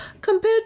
Compared